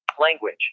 Language